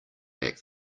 back